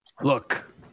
Look